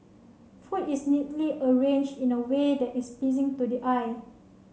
food is neatly arranged in a way that is pleasing to the eye